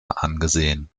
angesehen